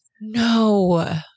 no